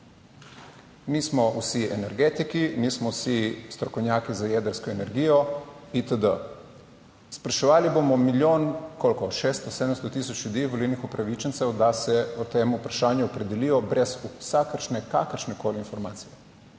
Mi smo vsi energetiki, nismo vsi strokovnjaki za jedrsko energijo, itd. Spraševali bomo milijon, koliko, 600, 700 tisoč ljudi, volilnih upravičencev, da se o tem vprašanju opredelijo brez vsakršne kakršnekoli informacije